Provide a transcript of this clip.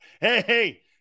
hey